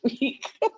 week